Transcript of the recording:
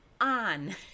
on